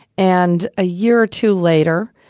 and a year or two later,